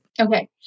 Okay